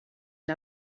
and